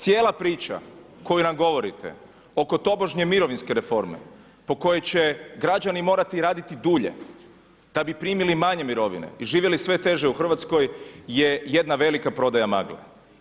Cijela priča koju nam govorite oko tobožnje mirovinske reforme, po kojoj će građani morati raditi dulje da bi primili manje mirovine i živjeli sve teže u Hrvatskoj je jedna velika prodaja magle.